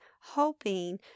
hoping